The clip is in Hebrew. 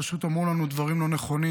פשוט אמרו לנו דברים לא נכונים,